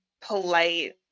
polite